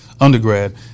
undergrad